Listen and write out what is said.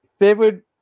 Favorite